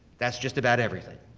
that's just about everything.